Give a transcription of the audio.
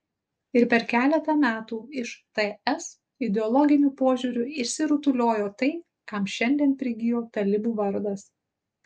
ir per keletą metų iš ts ideologiniu požiūriu išsirutuliojo tai kam šiandien prigijo talibų vardas